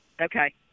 Okay